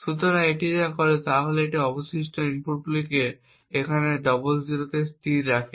সুতরাং এটি যা করে তা হল এটি অবশিষ্ট ইনপুটগুলিকে এখানে 00 স্থির রাখে